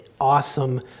awesome